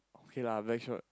okay lah Blackshot